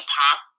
pop